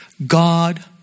God